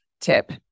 tip